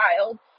child